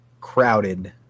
crowded